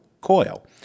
coil